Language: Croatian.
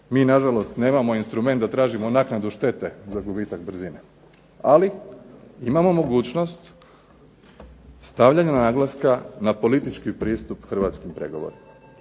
Mi na žalost nemamo instrument da tražimo naknadu štete za gubitak brzine, ali imamo mogućnost stavljanja naglaska na politički pristup hrvatskih pregovora.